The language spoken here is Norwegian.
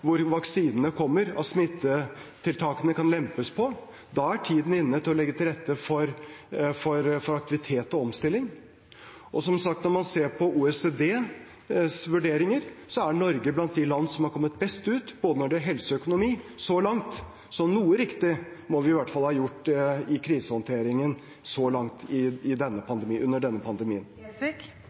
vaksinene kommer. Da er tiden inne for å legge til rette for aktivitet og omstilling. Som sagt: Når man ser på OECDs vurderinger, er Norge blant de landene som har kommet best ut når det gjelder både helse og økonomi så langt. Så noe riktig må vi i hvert fall ha gjort i krisehåndteringen så langt i denne